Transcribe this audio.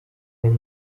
yari